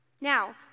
Now